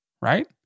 right